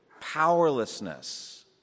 powerlessness